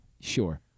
Sure